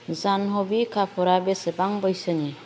जानहभि कापुरा बेसेबां बैसोनि